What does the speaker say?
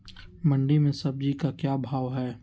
मंडी में सब्जी का क्या भाव हैँ?